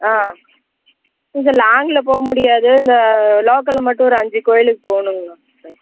ஆ இந்த லாங்கில போக முடியாது இந்த லோக்கலில் மட்டும் ஒரு அஞ்சு கோவிலுக்கு போணுங்கண்ணா சார்